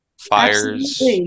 fires